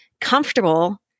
comfortable